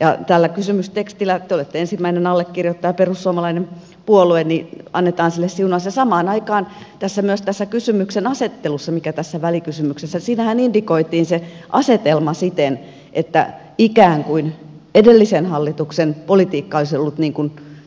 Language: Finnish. ja tällä kysymystekstillä te perussuomalainen puolue olette ensimmäinen allekirjoittaja annetaan sille siunaus ja samaan aikaan myös tässä kysymyksenasettelussa mikä tässä välikysymyksessä on indikoidaan se asetelma siten että ikään kuin edellisen hallituksen politiikka olisi ollut